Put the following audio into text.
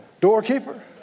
doorkeeper